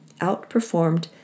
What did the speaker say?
outperformed